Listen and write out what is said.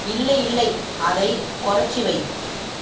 இல்லை இல்லை அதை குறைச்சு வை